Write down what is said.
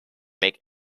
make